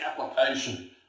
application